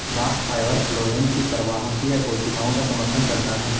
bast fibre phloem की प्रवाहकीय कोशिकाओं का समर्थन करता है